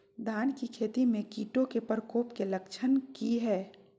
धान की खेती में कीटों के प्रकोप के लक्षण कि हैय?